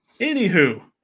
Anywho